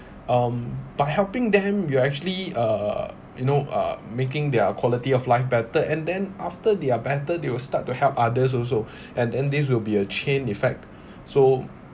um by helping them you are actually uh you know uh making their quality of life better and then after they are better they will start to help others also and and this will be a chain effect so